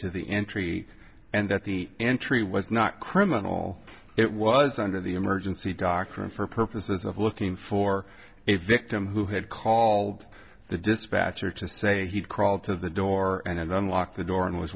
to the entry and that the entry was not criminal it was under the emergency doctrine for purposes of looking for a victim who had called the dispatcher to say he'd crawled to the door and then locked the door and was